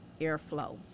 airflow